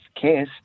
case